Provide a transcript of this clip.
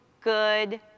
good